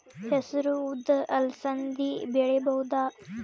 ಹೆಸರು ಉದ್ದು ಅಲಸಂದೆ ಬೆಳೆಯಬಹುದಾ?